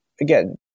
again